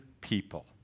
people